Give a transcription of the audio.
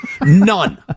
none